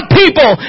people